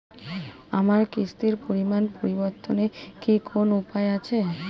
আমার কিস্তির পরিমাণ পরিবর্তনের কি কোনো উপায় আছে?